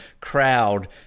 crowd